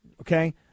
okay